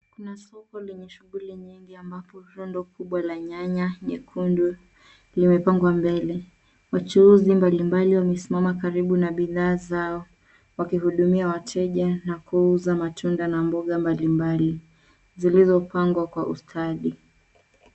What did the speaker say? Kuna soko lenye shughuli nyingi ambapo rondo kubwa la nyanya jekundu limepangwa mbele, wachuuzi mbalimbali wamesimama karibu na bidhaa zao. Wakidumia wateja na kuuza matunda na mboga mbalimbali, zilizopangwa kwa ustadi wa soko.